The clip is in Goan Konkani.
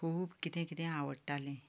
खूब कितें कितें आवडटालें